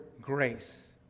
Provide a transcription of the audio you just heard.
grace